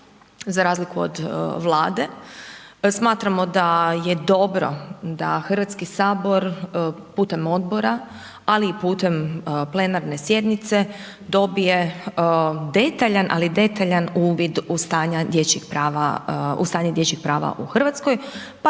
za razliku od vlade. Smatramo da je dobro da Hrvatski sabor, putem odbora, ali i putem plenarne sjednice, dobije, detaljan, ali detaljan uvid u stanja dječjih prava u Hrvatskoj, pa